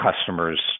customers